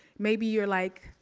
maybe you're like,